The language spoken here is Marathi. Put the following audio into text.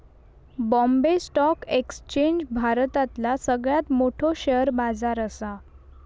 बॉम्बे स्टॉक एक्सचेंज भारतातला सगळ्यात मोठो शेअर बाजार असा